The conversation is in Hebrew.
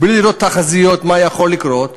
בלי לראות תחזיות מה יכול לקרות.